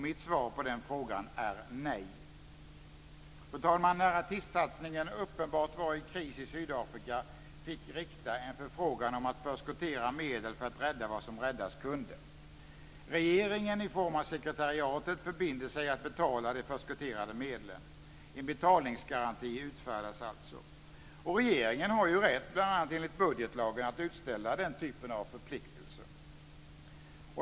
Mitt svar på den frågan är nej. Fru talman! När artistsatsningen uppenbart var i kris i Sydafrika fick Rikta en förfrågan om att förskottera medel för att rädda vad som räddas kunde. Regeringen i form av sekretariatet förbinder sig att betala de förskotterade medlen. En betalningsgaranti utfärdas alltså. Och regeringen har ju rätt bl.a. enligt budgetlagen att utställa den typen av förpliktelser.